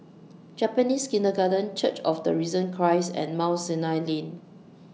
Japanese Kindergarten Church of The Risen Christ and Mount Sinai Lane